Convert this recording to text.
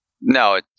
No